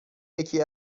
یکی